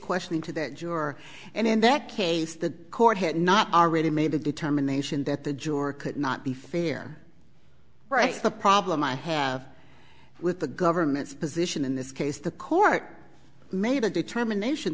questioning to that juror and in that case the court had not already made a determination that the juror could not be fear right the problem i have with the government's position in this case the court made a determination